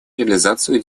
реализацию